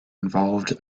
involved